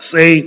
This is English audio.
Say